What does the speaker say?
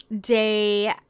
day